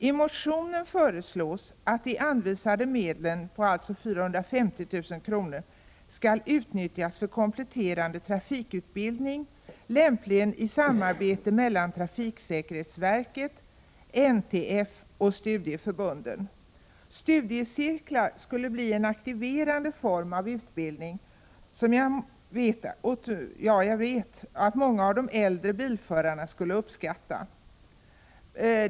I motionen föreslås att de anvisade medlen, 450 000 kr., skall utnyttjas för kompletterande trafikutbildning, lämpligen i samarbete mellan trafiksäkerhetsverket, NTF och studieförbunden. Studiecirklar kunde bli en aktiverande form av utbildning som jag vet att många av de äldre bilförarna skulle uppskatta.